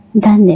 धन्यवाद